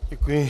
Děkuji.